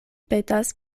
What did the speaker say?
petas